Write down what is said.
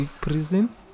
prison